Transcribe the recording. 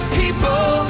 people